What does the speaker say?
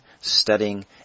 studying